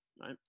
Right